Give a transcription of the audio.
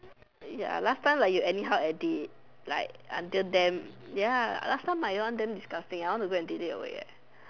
ya last time like you anyhow edit like until damn ya last time my one damn disgusting I want to go and delete away